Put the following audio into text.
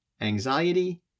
anxiety